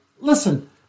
Listen